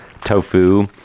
tofu